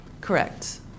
Correct